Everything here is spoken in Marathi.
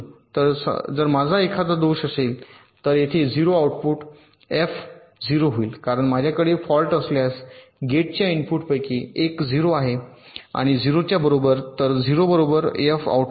तर जर माझा एखादा दोष असेल तर येथे 0 आउटपुट एफ 0 होईल कारण माझ्याकडे फाल्ट असल्यास गेटच्या इनपुटपैकी एक 0 आहे 0 च्या बरोबर तर 0 बरोबर एफ आउटपुट